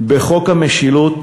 דיון חשוב בחוק המשילות,